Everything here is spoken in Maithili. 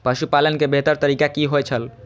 पशुपालन के बेहतर तरीका की होय छल?